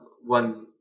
one